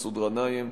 מסעוד גנאים,